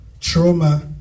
trauma